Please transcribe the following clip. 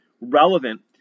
relevant